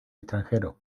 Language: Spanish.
extranjero